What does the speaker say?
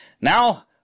Now